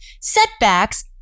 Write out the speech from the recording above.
Setbacks